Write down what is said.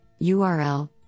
URL